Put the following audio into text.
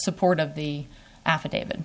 support of the affidavit